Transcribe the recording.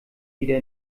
wieder